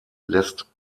lässt